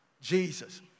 Jesus